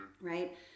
Right